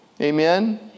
Amen